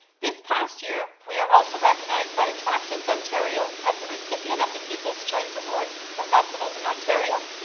this past year, we are also recognized by attractions ontario as the recipient of the people's choice award for festivals in ontario.